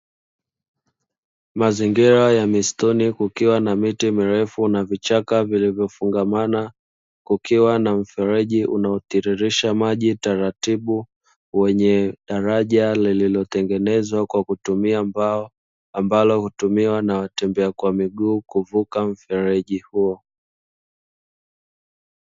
Mazingira ya mistuni kukiwa na miti mirefu na vichaka nilivyofungamana, kukiwa na mfereji unaotirisha maji taratibu kwenye daraja lililotengenezwa kwa kutumia mbao, ambalo hutumia na watembea kwa miguu kuvuka mfereji huo.